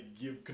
give